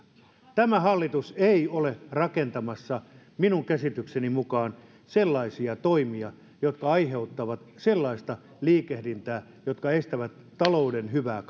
tämä hallitus ei ole rakentamassa minun käsitykseni mukaan sellaisia toimia jotka aiheuttavat sellaista liikehdintää jotka estävät talouden hyvää